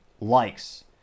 likes